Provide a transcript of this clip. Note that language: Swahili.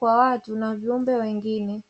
kwa watu na viumbe wengine